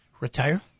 retire